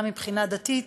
גם מבחינה דתית,